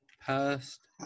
past